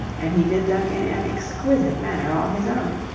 and he did them in an exquisite manner all his own.